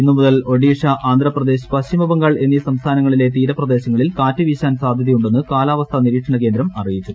ഇന്നു മുതൽ ഒഡീഷ ആന്ധപ്രദേശ് പശ്ചിമബംഗാൾ എന്നീ സംസ്ഥാനങ്ങളിലെ തീരപ്രദേശങ്ങളിൽ കാറ്റ് വീശാൻ സാധ്യതയുണ്ടെന്ന് കാലാവസ്ഥാ നിരീക്ഷണ കേന്ദ്രം അറിയിച്ചു